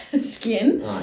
skin